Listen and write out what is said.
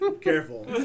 careful